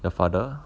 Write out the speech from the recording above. the father